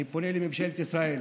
אני פונה לממשלת ישראל: